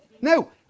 No